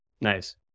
Nice